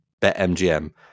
BetMGM